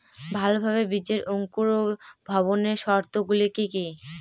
ভালোভাবে বীজের অঙ্কুর ভবনের শর্ত গুলি কি কি?